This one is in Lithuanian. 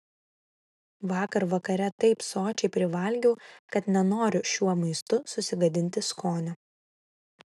vakar vakare taip sočiai privalgiau kad nenoriu šiuo maistu susigadinti skonio